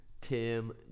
Tim